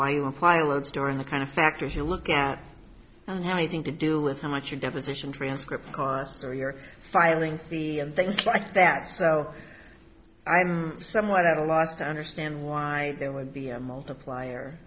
pilots during the kind of factors you look at don't have anything to do with how much your deposition transcript or your filing fee and things like that so i'm somewhat at a loss to understand why there would be a multiplier